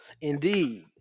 Indeed